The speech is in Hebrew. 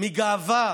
מגאווה